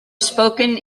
spoken